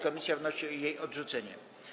Komisja wnosi o jej odrzucenie.